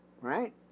right